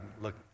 look